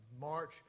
March